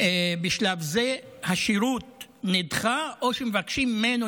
בשלב זה השירות נדחה או שמבקשים ממנו,